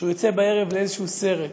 כשהוא יוצא בערב לסרט,